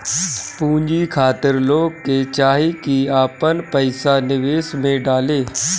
पूंजी खातिर लोग के चाही की आपन पईसा निवेश में डाले